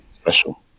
special